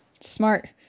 Smart